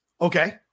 Okay